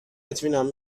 اعتماد